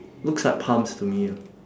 looks like pumps to me ah